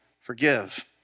forgive